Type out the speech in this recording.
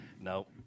no